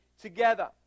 together